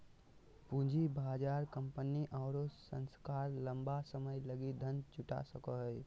पूँजी बाजार कंपनी आरो सरकार लंबा समय लगी धन जुटा सको हइ